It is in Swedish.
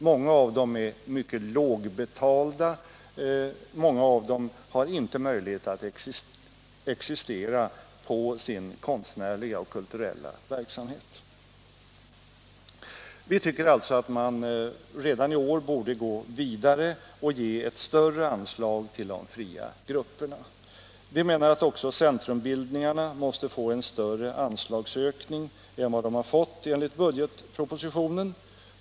Många av dem är mycket lågavlönade, många av dem har inte möjlighet att existera på sin konstnärliga och kulturella verksamhet. Vi tycker alltså att man redan i år borde gå vidare och ge ett större anslag till de fria grupperna. Vi menar att också centrumbildningarna måste få en större anslagsökning än de fått enligt budgetpropositionen.